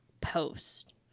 post